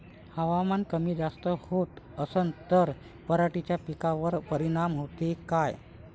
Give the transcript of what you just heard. हवामान कमी जास्त होत असन त पराटीच्या पिकावर परिनाम होते का?